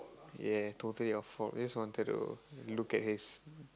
ya totally your fault just wanted to look at his